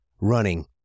running